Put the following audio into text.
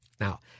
Now